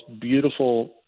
beautiful